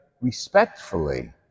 respectfully